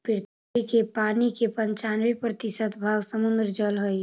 पृथ्वी के पानी के पनचान्बे प्रतिशत भाग समुद्र जल हई